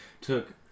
took